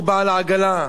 הוא בעל העגלה.